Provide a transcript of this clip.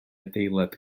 adeilad